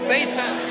Satan